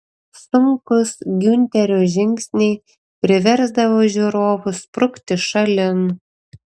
sunkūs giunterio žingsniai priversdavo žiūrovus sprukti šalin